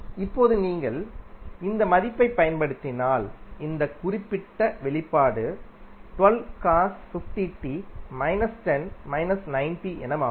இப்போது நீங்கள் இந்த மதிப்பைப் பயன்படுத்தினால் இந்த குறிப்பிட்ட வெளிப்பாடு என மாறும்